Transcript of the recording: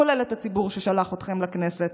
כולל את הציבור ששלח אתכם לכנסת.